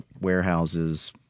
warehouses